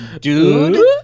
dude